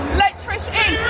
let trish in.